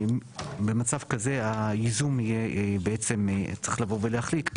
במצב כזה הייזום יהיה בעצם צריך לבוא ולהחליט,